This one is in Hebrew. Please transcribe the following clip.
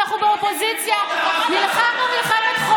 כשאנחנו היינו בקואליציה נלחמנו עד הרגע האחרון,